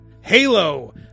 halo